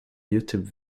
youtube